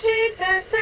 Jesus